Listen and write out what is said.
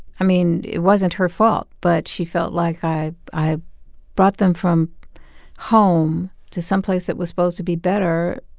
i mean, it wasn't her fault, but she felt like, i i brought them from home to someplace that was supposed to be better.